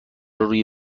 روی